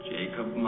Jacob